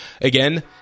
Again